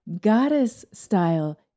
goddess-style